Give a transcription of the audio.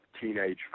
teenage